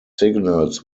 signals